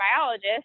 biologist